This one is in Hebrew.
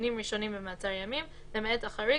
הראשונים במעצר ימים, למעט החריג.